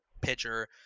pitcher